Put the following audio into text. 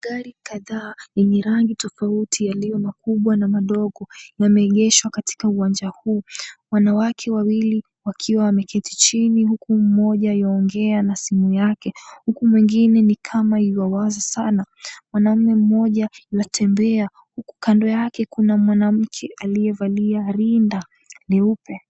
Gari kadhaa yenye rangi tofauti yaliyo makubwa na madogo yameegeshwa katika uwanja huu wanawake wawili wakiwa wameketi chini huku moja ywaongea na simu yake huku mwengine ni kama ywawaza sana. Mwanamume mmoja anatembea huku kando yake kuna mwanamke aliyevalia rinda nyeupe.